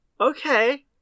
okay